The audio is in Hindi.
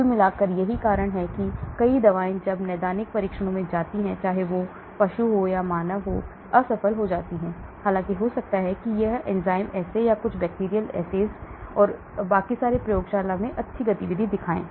कुल मिलाकर यही कारण है कि कई दवाएं जब वे नैदानिक परीक्षणों में जाती हैं चाहे वह पशु हो या मानव असफल हो हालांकि हो सकता है कि यह एंजाइम assays या कुछ बैक्टीरिया assays और इतने पर प्रयोगशाला में बहुत अच्छी गतिविधि दिखाए